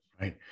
Right